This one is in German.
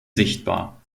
sichtbar